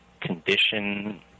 condition